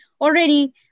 already